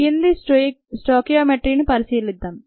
కింది స్టొయికియోమెట్రీని పరిశీలిద్దాం